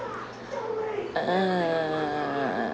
uh